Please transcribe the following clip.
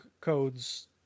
codes